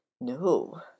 No